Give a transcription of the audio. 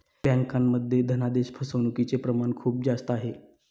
बँकांमध्ये धनादेश फसवणूकचे प्रमाण खूप जास्त आहे